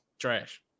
Trash